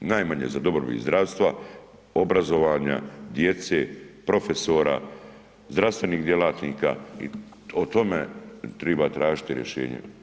Najmanje za dobrobit zdravstva, obrazovanja, djece, profesora, zdravstvenih djelatnika, u tome treba tražiti rješenja.